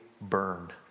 burn